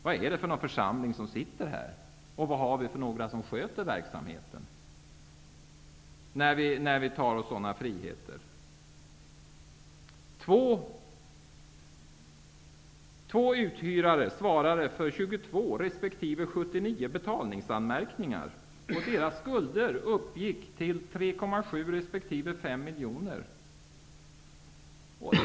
Vad är det för församling som sitter här och vilka har vi som sköter verksamheten, när vi tar oss sådana friheter? 3,7 resp. 5 miljoner kronor.